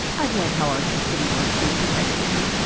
i love how our system works and protects me.